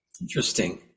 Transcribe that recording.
Interesting